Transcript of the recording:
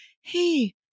Hey